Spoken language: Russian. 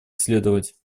следовать